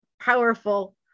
powerful